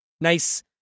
Nice